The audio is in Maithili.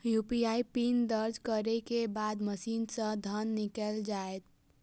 यू.पी.आई पिन दर्ज करै के बाद मशीन सं धन निकैल जायत